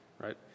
Right